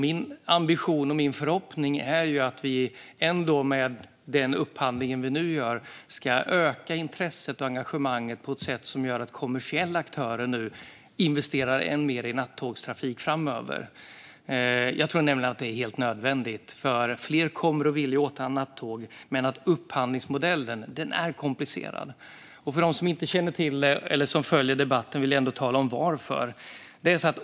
Min ambition och förhoppning är att vi med den upphandling vi nu gör ska öka intresset och engagemanget på ett sätt som gör att kommersiella aktörer nu investerar än mer i nattågstrafik framöver. Jag tror nämligen att det är helt nödvändigt, för fler kommer att vilja åka nattåg. Men upphandlingsmodellen är komplicerad, och för dem som följer debatten vill jag tala om varför.